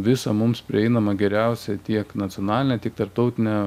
visą mums prieinamą geriausią tiek nacionalinę tiek tarptautinę